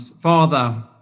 Father